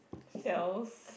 sales